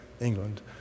England